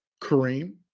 Kareem